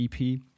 EP